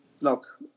look